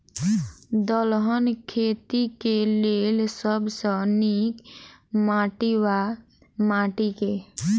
दलहन खेती केँ लेल सब सऽ नीक माटि वा माटि केँ?